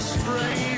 spray